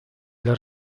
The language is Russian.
для